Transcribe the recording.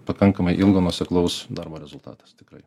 pakankamai ilgo nuoseklaus darbo rezultatas tikrai